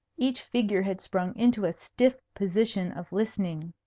each figure had sprung into a stiff position of listening.